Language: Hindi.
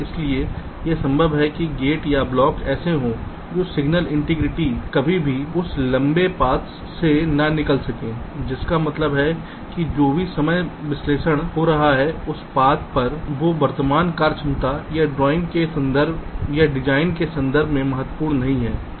इसलिए यह संभव है कि गेट या ब्लॉक ऐसे हों जो सिग्नल ट्रांज़िशन कभी भी उस लंबे पाथ्स से न निकल सकें जिसका मतलब है कि जो भी समय विश्लेषण हो रहा है उस पाथ पर वो वर्तमान कार्यक्षमता या डिज़ाइन के संदर्भ में महत्वपूर्ण नहीं है